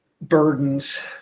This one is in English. burdens